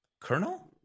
colonel